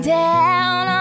down